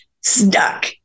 stuck